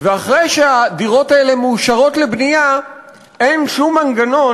ואחרי שהדירות האלה מאושרות לבנייה אין שום מנגנון,